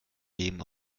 leben